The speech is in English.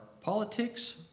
politics